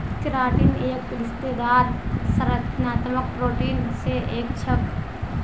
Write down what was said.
keratin एक रेशेदार संरचनात्मक प्रोटीन मे स एक छेक